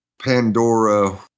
Pandora